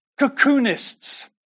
cocoonists